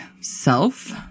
self